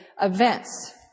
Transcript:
events